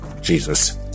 Jesus